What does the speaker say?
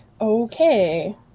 Okay